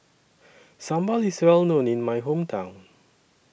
Sambal IS Well known in My Hometown